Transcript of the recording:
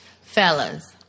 fellas